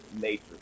nature